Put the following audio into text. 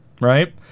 right